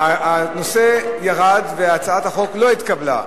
הנושא ירד, והצעת החוק לא התקבלה.